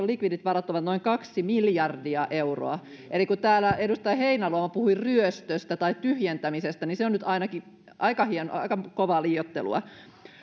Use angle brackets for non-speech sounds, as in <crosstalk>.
<unintelligible> likvidit varat ovat noin kaksi miljardia euroa eli kun täällä edustaja heinäluoma puhui ryöstöstä tai tyhjentämisestä niin se nyt on ainakin aika kovaa liioittelua